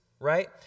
right